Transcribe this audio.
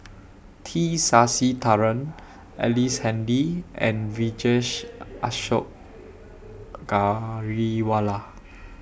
T Sasitharan Ellice Handy and Vijesh Ashok Ghariwala